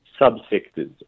subsectors